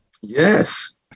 Yes